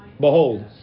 Behold